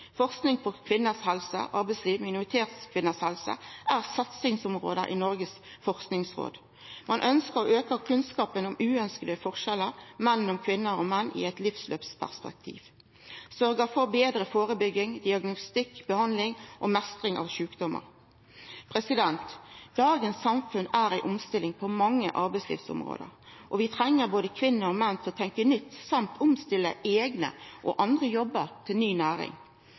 Forsking på kvinners helse, arbeidsliv og minoritetskvinners helse er satsingsområde hos Noregs forskingsråd. Ein ønskjer å auka kunnskapen om uønskte forskjellar mellom kvinner og menn i eit livsløpsperspektiv. Regjeringa vil sørgja for betre førebygging, diagnostikk, behandling og mestring av sjukdommar. Dagens samfunn er i omstilling på mange arbeidslivsområde, og vi treng både kvinner og menn for å tenkja nytt og omstilla eigne og andre jobbar til ny næring.